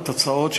התוצאות,